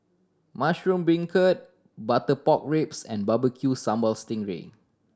mushroom beancurd butter pork ribs and Barbecue Sambal sting ray